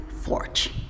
forge